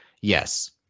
Yes